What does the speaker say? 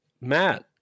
Matt